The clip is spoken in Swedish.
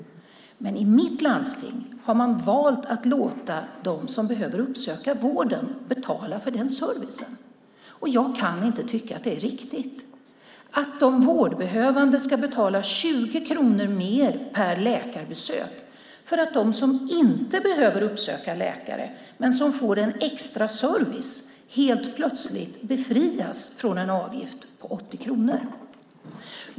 I mitt landsting har man valt att låta dem som behöver uppsöka vården betala för den servicen. Jag kan inte tycka att det är riktigt att de vårdbehövande ska betala 20 kronor mer per läkarbesök för att de som inte behöver uppsöka läkare men som får en extra service helt plötsligt befrias från en avgift på 80 kronor.